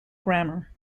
grammar